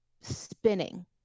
spinning